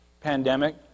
pandemic